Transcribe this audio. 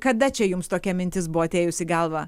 kada čia jums tokia mintis buvo atėjus į galvą